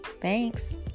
Thanks